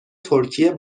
ترکیه